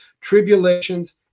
tribulations